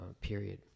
period